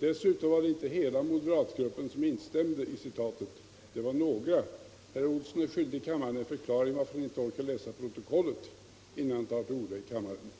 Dessutom var det inte hela moderatgruppen som instämde i herr Carlshamres anförande — det var några. Herr Olsson är skyldig kammaren en förklaring varför han inte orkar läsa protokollet innan han tar till orda i kammaren.